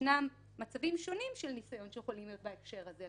ישנם מצבים שונים של ניסיון שיכולים להיות בהקשר הזה,